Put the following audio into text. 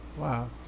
Wow